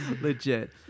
Legit